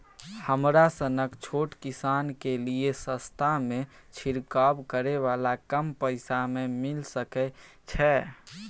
हमरा सनक छोट किसान के लिए सस्ता में छिरकाव करै वाला कम पैसा में मिल सकै छै?